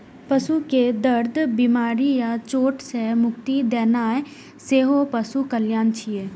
पशु कें दर्द, बीमारी या चोट सं मुक्ति दियेनाइ सेहो पशु कल्याण छियै